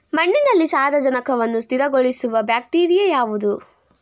ಮಣ್ಣಿನಲ್ಲಿ ಸಾರಜನಕವನ್ನು ಸ್ಥಿರಗೊಳಿಸುವ ಬ್ಯಾಕ್ಟೀರಿಯಾ ಯಾವುದು?